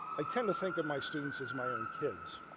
i tend to think of my students as my own kids.